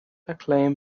acclaim